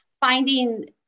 finding